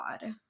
God